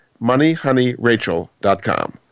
moneyhoneyrachel.com